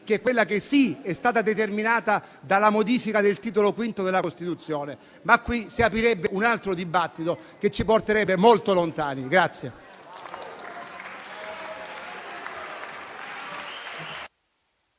che è stata certamente determinata dalla modifica del Titolo V della Costituzione, ma qui si aprirebbe un altro dibattito che ci porterebbe molto lontano.